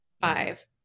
Five